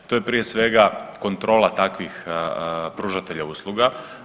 To je prije svega kontrola takvih pružatelja usluga.